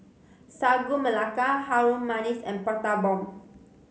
Sagu Melaka Harum Manis and Prata Bomb